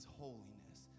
holiness